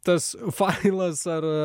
tas failas ar